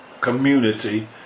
community